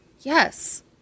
yes